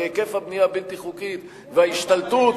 כי היקף הבנייה הבלתי-חוקית וההשתלטות